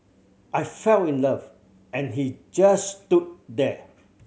I fell in love and he just stood there